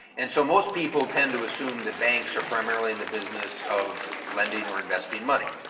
and so most people tend to assume that banks are primarily in the business of lending or investing money.